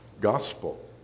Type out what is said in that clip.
gospel